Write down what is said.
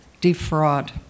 defraud